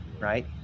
right